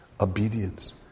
obedience